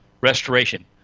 restoration